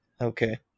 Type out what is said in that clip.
Okay